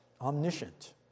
omniscient